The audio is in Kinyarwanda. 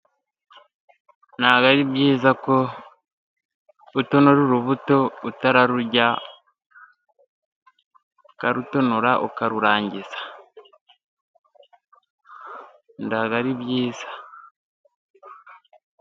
Nta bwo ari byiza ko utonora urubuto utararurya, ukarutonora ukarurangiza. Nta bwo ari byiza.